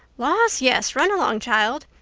laws, yes, run along, child.